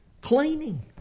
cleaning